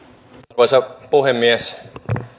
arvoisa puhemies